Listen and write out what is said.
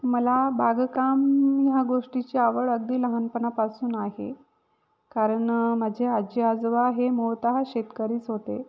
मला बागकाम ह्या गोष्टीची आवड अगदी लहानपनापासून आहे कारण माझे आजी आजोबा हे मुळतः शेतकरीच होते